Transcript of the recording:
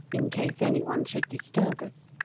in case any one should disturb us.